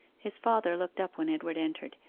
his father looked up when edward entered,